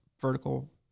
vertical